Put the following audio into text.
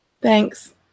Thanks